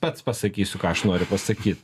pats pasakysiu ką aš noriu pasakyt